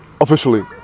officially